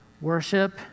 worship